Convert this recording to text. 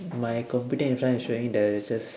my computer in front is showing the it's just